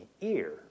ear